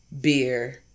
beer